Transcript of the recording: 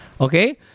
Okay